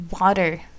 water